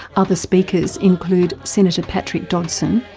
other speakers include senator patrick dodson,